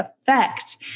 effect